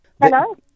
Hello